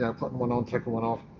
yeah putting one on, taking one off,